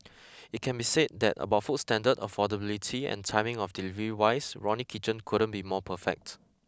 it can be said that about food standard affordability and timing of delivery wise Ronnie Kitchen couldn't be more perfect